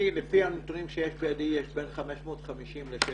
לפי הנתונים שיש בידי, יש בין 550 ל-600.